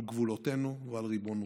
על גבולותינו ועל ריבונותנו.